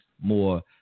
more